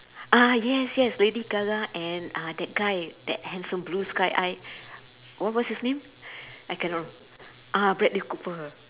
ah yes yes lady gaga and uh that guy that handsome blue sky eye wh~ what's his name I ah bradley cooper